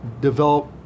develop